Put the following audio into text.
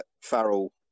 Farrell